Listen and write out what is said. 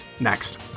next